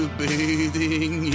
bathing